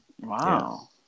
Wow